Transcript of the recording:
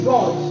God